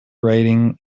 writing